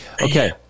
okay